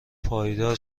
پایدار